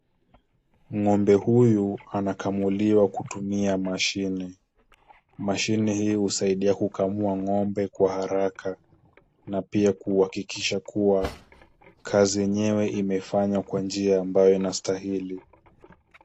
Ng'ombe huyu anakamuliwa kutumia mashine . Mashine hii husaidia kukamua ng'ombe kwa haraka na pia kuhakikisha kuwa kazi yenyewe imefanywa kwa njia ambayo inastahili.